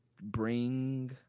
bring